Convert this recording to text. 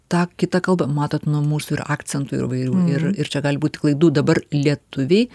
tą kitą kalbą matot nuo mūsų ir akcentų yra įvairių ir ir čia gali būti klaidų dabar lietuviai